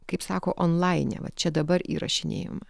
kaip sako onlaine va čia dabar įrašinėjama